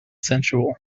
sensual